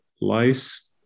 Lice